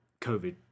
Covid